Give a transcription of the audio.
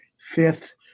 fifth